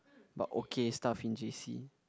but okay stuff in J_C